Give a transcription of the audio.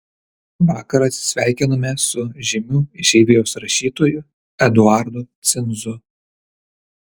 vakar atsisveikinome su žymiu išeivijos rašytoju eduardu cinzu